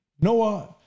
Noah